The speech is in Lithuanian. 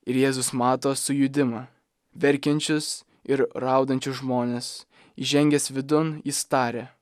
ir jėzus mato sujudimą verkiančius ir raudančius žmones įžengęs vidun jis taria